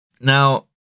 Now